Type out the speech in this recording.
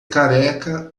careca